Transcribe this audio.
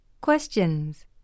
Questions